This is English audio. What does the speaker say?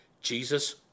Jesus